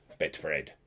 Betfred